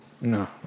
no